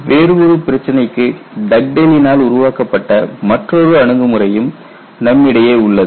வேறு ஒரு பிரச்சனைக்கு டக்டேலினால் உருவாக்கப்பட்ட மற்றொரு அணுகுமுறையும் நம்மிடையே உள்ளது